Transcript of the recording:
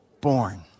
Born